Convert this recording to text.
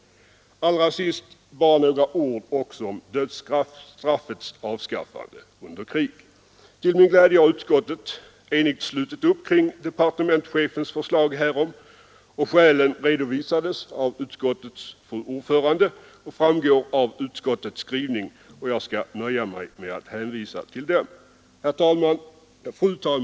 Allra sist, bara några ord också om dödsstraffets avskaffande under krig. Till min glädje har utskottet enigt slutit upp kring departementschefens förslag härom. Skälen har redovisats av ut och framgår av utskottets skrivning, och jag skall nöja mig med att hänvisa till dem. Fru talman!